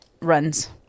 runs